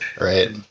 Right